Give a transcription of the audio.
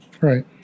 Right